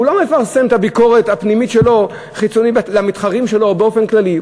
הוא לא מפרסם את הביקורת הפנימית שלו החוצה למתחרים שלו באופן כללי.